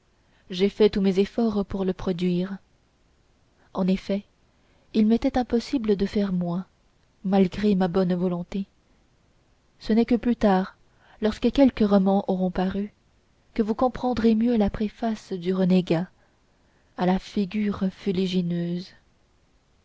j'ai fait tous mes efforts pour le produire en effet il m'était impossible de faire moins malgré ma bonne volonté ce n'est que plus tard lorsque quelques romans auront paru que vous comprendrez mieux la préface du renégat à la figure